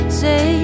say